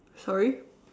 sorry